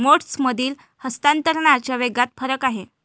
मोड्समधील हस्तांतरणाच्या वेगात फरक आहे